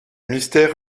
mystère